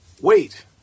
Wait